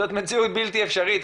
זאת מציאות בלתי אפשרית.